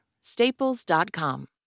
staples.com